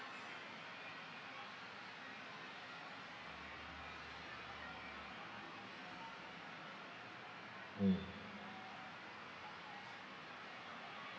mm